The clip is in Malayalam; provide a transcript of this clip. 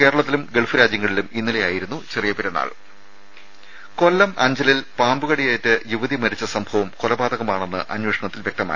കേരളത്തിലും ഗൾഫ് രാജ്യങ്ങളിലും ഇന്നലെയായിരുന്നു ചെറിയ പെരുന്നാൾ രുമ കൊല്ലം അഞ്ചലിൽ പാമ്പുകടിയേറ്റ് യുവതി മരിച്ച സംഭവം കൊലപാതകമാണെന്ന് അന്വേഷണത്തിൽ വ്യക്തമായി